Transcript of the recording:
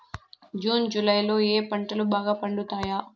June July లో ఏ పంటలు బాగా పండుతాయా?